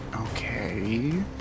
Okay